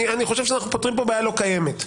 אני חושב שאנו פותרים פה בעיה לא קיימת.